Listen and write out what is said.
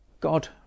God